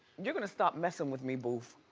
you're gonna stop messin' with me, boof.